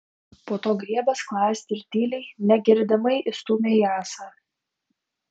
po to griebė skląstį ir tyliai negirdimai įstūmė į ąsą